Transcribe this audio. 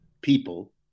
people